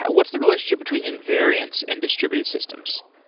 what's the relationship between invariants and distributed systems?